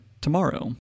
tomorrow